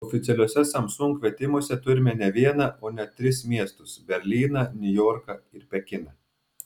oficialiuose samsung kvietimuose turime ne vieną o net tris miestus berlyną niujorką ir pekiną